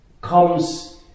comes